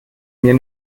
mir